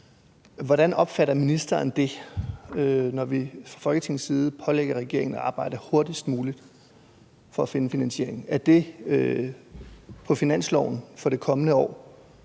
Hvordan opfatter ministeren det, når vi fra Folketingets side pålægger regeringen at arbejde hurtigst muligt for at finde finansieringen? Er det på finansloven for det kommende år?